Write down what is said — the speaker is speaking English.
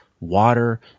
water